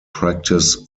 practice